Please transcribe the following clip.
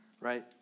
right